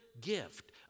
gift